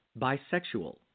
bisexual